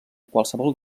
qualsevol